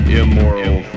immoral